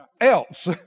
Else